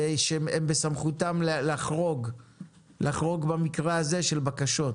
ובסמכותם לחרוג במקרה של בקשות.